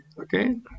okay